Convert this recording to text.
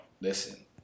Listen